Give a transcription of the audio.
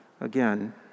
again